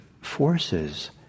forces